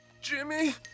Jimmy